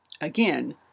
Again